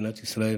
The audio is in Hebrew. במדינת ישראל,